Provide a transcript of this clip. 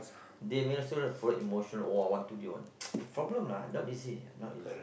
they married also follow emotion !wah! I want today one problem ah not easy not easy